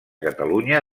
catalunya